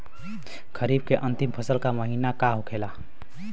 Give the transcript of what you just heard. खरीफ के अंतिम फसल का महीना का होखेला?